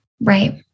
Right